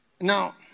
Now